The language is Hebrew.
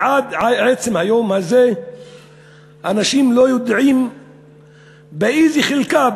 ועד עצם היום הזה אנשים לא יודעים באיזה חלקה,